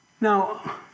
Now